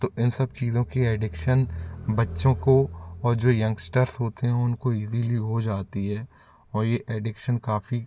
तो इन सब चीज़ों की एडिक्शन बच्चों काे और जो यंगस्टर्स होते हैं उनको ईज़िली हो जाती है और ये एडिक्शन काफ़ी